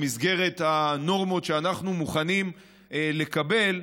במסגרת הנורמות שאנחנו מוכנים לקבל,